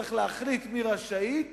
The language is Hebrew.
צריך להחליט מי רשאית